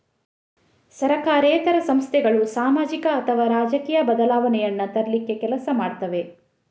ಸರಕಾರೇತರ ಸಂಸ್ಥೆಗಳು ಸಾಮಾಜಿಕ ಅಥವಾ ರಾಜಕೀಯ ಬದಲಾವಣೆಯನ್ನ ತರ್ಲಿಕ್ಕೆ ಕೆಲಸ ಮಾಡ್ತವೆ